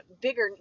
bigger